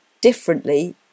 differently